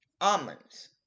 Almonds